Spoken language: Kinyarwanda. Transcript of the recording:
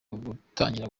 gutangira